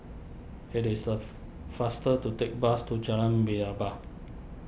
it is the faster to take bus to Jalan